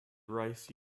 rice